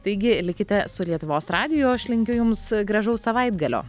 taigi likite su lietuvos radiju o aš linkiu jums gražaus savaitgalio